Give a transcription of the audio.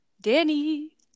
Danny